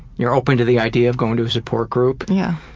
you're open to the idea of going to a support group. yeah